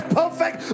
perfect